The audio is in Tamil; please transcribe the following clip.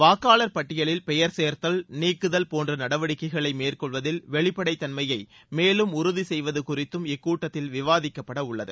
வாக்காளர் பட்டியலில் பெயர் சேர்த்தல் நீக்குதல் போன்ற நடவடிக்கைகளை மேற்கொள்வதில் வெளிப்படைதன்மையை மேலும் உறுதி செய்வது குறித்தும் இக்கூட்டத்தில் விவாதிக்கப்பட உள்ளது